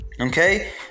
Okay